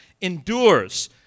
endures